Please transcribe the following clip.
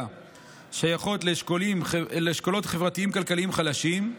שייכות לאשכולות חברתיים-כלכליים חלשים.